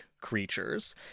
creatures